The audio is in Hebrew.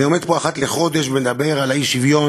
אני עומד פה אחת לחודש ומדבר על האי-שוויון,